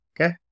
Okay